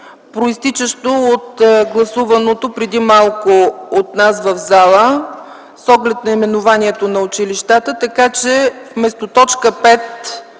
произтичащо от гласуваното преди малко от нас в залата с оглед наименованието на училищата, така че вместо т. 5